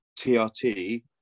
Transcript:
TRT